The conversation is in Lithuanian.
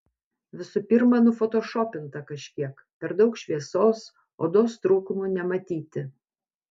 visų pirma nufotošopinta kažkiek per daug šviesos odos trūkumų nematyti